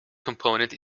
component